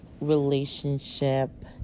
relationship